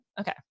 Okay